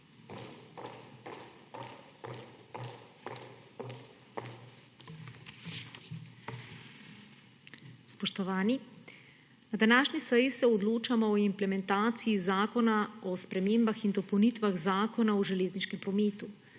Na današnji seji se odločamo o implementaciji zakona o spremembah in dopolnitvah Zakona o železniškem prometu.